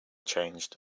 changed